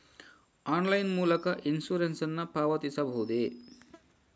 Online ಮೂಲಕ insurance ನ್ನು ಪಾವತಿಸಬಹುದೇ?